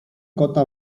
kota